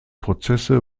prozesse